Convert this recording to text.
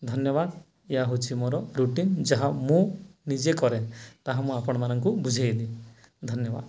ଧନ୍ୟବାଦ ଏହା ହେଉଛି ମୋର ରୁଟିନ ଯାହା ମୁଁ ନିଜେ କରେ ତାହା ମୁଁ ଆପଣମାନଙ୍କୁ ବୁଝେଇଲି ଧନ୍ୟବାଦ